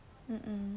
mm mm